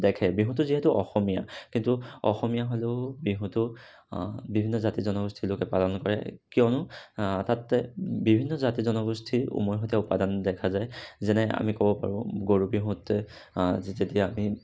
বিহুটো যিহেতু অসমীয়া কিন্তু অসমীয়া হ'লেও বিহুটো বিভিন্ন জাতি জনগোষ্ঠীৰ লোকে পালন কৰে কিয়নো তাতে বিভিন্ন জাতি জনগোষ্ঠীৰ উমৈহতীয়া উপাদান দেখা যায় যেনে আমি ক'ব পাৰো গৰু বিহুত যেতিয়া আমি